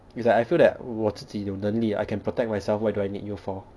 it's like I feel that 我自己有能力 I can protect myself why do I need you for